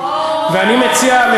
אוה, ואני מציע,